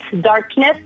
darkness